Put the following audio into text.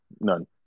None